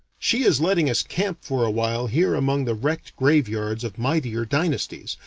she is letting us camp for awhile here among the wrecked graveyards of mightier dynasties,